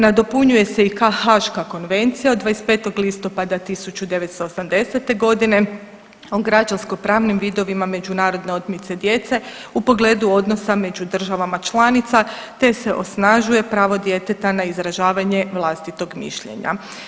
Nadopunjuje se i Haaška konvencija od 25. listopada 1980. godine o građansko-pravnim vidovima međunarodne otmice djece u pogledu odnosa među državama članica, te se osnažuje pravo djeteta na izražavanje vlastitog mišljenja.